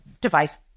device